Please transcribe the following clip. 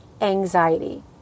anxiety